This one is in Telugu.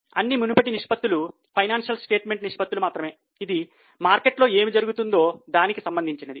అన్ని మునుపటి నిష్పత్తులు ఫైనాన్షియల్ స్టేట్మెంట్ నిష్పత్తులు మాత్రమే ఇది మార్కెట్లో ఏమి జరుగుతుందో దానికి సంబంధించినది